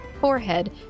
forehead